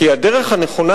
כי הדרך הנכונה,